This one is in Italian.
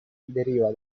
deriva